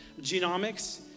genomics